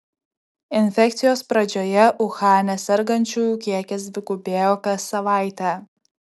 infekcijos pradžioje uhane sergančiųjų kiekis dvigubėjo kas savaitę